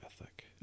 ethic